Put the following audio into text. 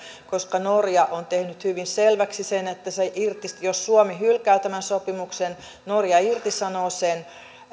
koska norja on tehnyt hyvin selväksi sen että jos suomi hylkää tämän sopimuksen norja irtisanoo sen